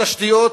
התשתיות,